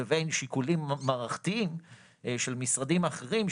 לבין שיקולים מערכתיים של משרדים אחרים,